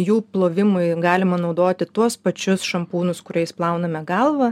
jų plovimui galima naudoti tuos pačius šampūnus kuriais plauname galvą